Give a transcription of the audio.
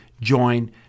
Join